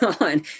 on